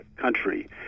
country